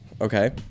Okay